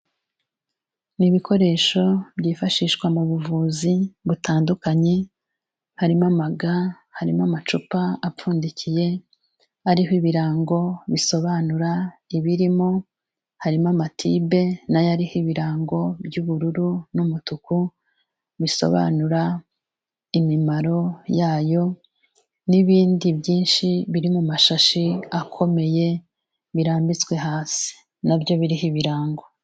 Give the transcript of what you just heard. Ni ibikoresho byifashishwa mu buvuzi butandukanye, harimo amaga, harimo amacupa apfundikiye ariho ibirango bisobanura ibirimo, harimo amatibe na yo ariho ibirango by'ubururu n'umutuku, bisobanura imimaro yayo n'ibindi byinshi biri mu mashashi akomeye birambitswe hasi na byo biriho ibirango.